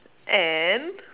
and